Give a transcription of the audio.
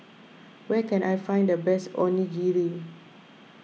where can I find the best Onigiri